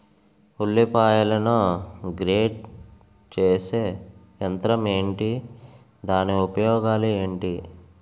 ఉల్లిపాయలను గ్రేడ్ చేసే యంత్రం ఏంటి? దాని ఉపయోగాలు ఏంటి?